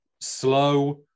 slow